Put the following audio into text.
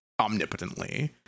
omnipotently